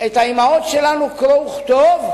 האמהות שלנו קרוא וכתוב,